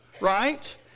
right